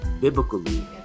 biblically